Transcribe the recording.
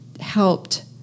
helped